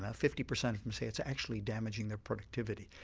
ah fifty percent of them say it's actually damaging their productivity.